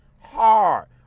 hard